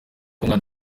umwana